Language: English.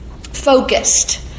focused